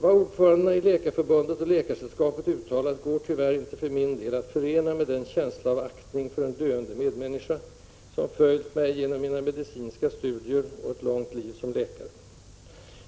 Vad ordförandena i Läkarförbundet och Läkaresällskapet uttalat går tyvärr inte för min del att förena med den känsla av aktning för en döende medmänniska, som följt mig genom mina medicinska studier och ett långt liv som läkare.